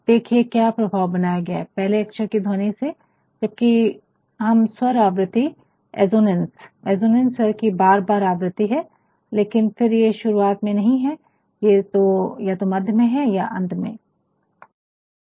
तो देखिये क्या प्रभाव बनाया गया है पहले अक्षर की ध्वनि से जबकि जब हम स्वर आवृति अजोनैंस अजोनैंस स्वर की बार बार आवृति है लेकिन ये शुरुआत में नहीं है ये या तो मध्य में है या अंत में है